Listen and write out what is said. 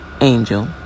angel